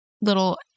little